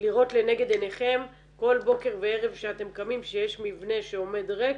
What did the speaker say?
לראות לנגד עיניכם כל בוקר וערב שאתם קמים שיש מבנה שעומד ריק